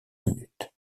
minutes